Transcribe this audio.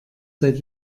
seit